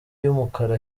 y’umukara